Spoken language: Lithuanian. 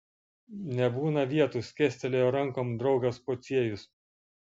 nebūna vietų skėstelėjo rankom draugas pociejus